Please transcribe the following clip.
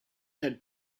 had